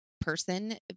person